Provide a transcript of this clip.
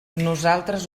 nosaltres